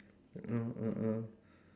mm mm mm